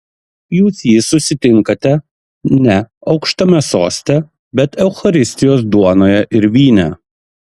jūs jį susitinkate ne aukštame soste bet eucharistijos duonoje ir vyne